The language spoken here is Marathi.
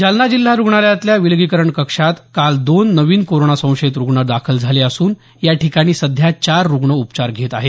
जालना जिल्हा रुग्णालयातल्या विलगीकरण कक्षात काल दोन नवीन कोरोना संशयित रुग्ण दाखल झाले असून या ठिकाणी सध्या चार रुग्ण उपचार घेत आहेत